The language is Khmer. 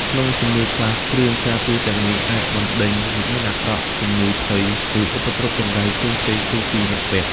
ក្នុងជំនឿខ្លះ គ្រឿងការពារទាំងនេះអាចបណ្តេញវិញ្ញាណអាក្រក់ ជំងឺភ័យ ឬឧបទ្រពចង្រៃផ្សេងៗចេញពីអ្នកពាក់។